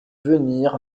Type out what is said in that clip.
venir